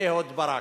אהוד ברק,